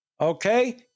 Okay